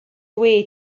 away